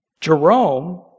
Jerome